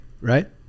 right